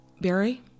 Barry